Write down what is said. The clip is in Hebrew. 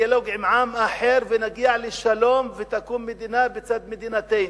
דיאלוג עם עם אחר ונגיע לשלום ותקום מדינה בצד מדינתנו,